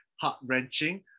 heart-wrenching